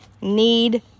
need